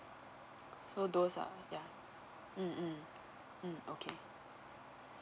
so those ah ya mm mm mm okay